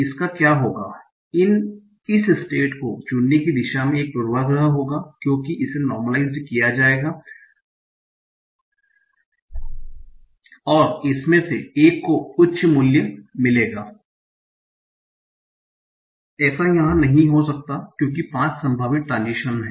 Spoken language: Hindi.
इनका क्या होगा इस स्टेट को चुनने की दिशा में एक पूर्वाग्रह होगा क्योंकि इसे नार्मलाइस्ड किया जाएगा और इसमें से एक को उच्च मूल्य मिलेगा और ऐसा यहां नहीं हो सकता क्योंकि पांच संभावित ट्रान्ज़िशन हैं